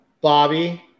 Bobby